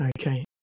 Okay